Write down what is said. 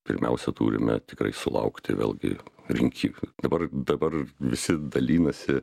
pirmiausia turime tikrai sulaukti vėlgi rinkik dabar dabar visi dalinasi